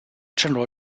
general